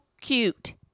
cute